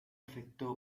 afectó